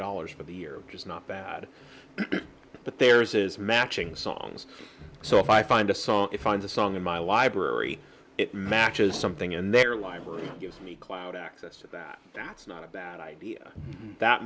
dollars for the year which is not bad but theirs is matching songs so if i find a song it finds a song in my library it matches something in their library gives me clout access to that that's not a bad idea that